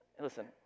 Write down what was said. Listen